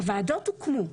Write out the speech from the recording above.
הוועדות הוקמו.